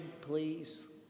please